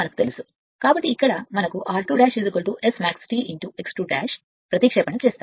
కాబట్టి ఇక్కడ మనకు r2 S max T x 2 ప్రతిక్షేపణ ఉంది